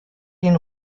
den